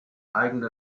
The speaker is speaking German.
eigene